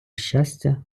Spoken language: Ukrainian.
щастя